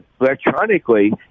electronically